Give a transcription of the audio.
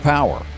Power